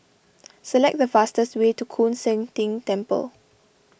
select the fastest way to Koon Seng Ting Temple